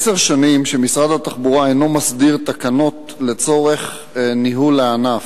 זה כעשר שנים משרד התחבורה אינו מסדיר תקנות לצורך ניהול הענף.